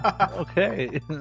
Okay